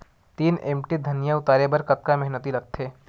तीन एम.टी धनिया उतारे बर कतका मेहनती लागथे?